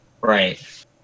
Right